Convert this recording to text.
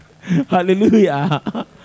hallelujah